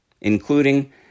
including